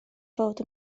fod